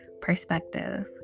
Perspective